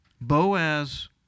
Boaz